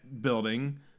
building